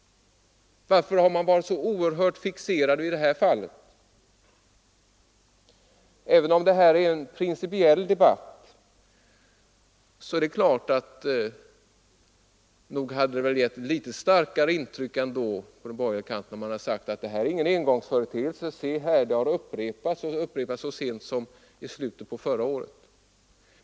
Varför har man varit så oerhört fixerad vid det här fallet? Även om detta är en principiell debatt är det klart att det hade gett ett starkare intryck om man från den borgerliga kanten sagt: Detta är inte någon engångsföreteelse, se här, det har upprepats så sent som i slutet av förra året.